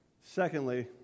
Secondly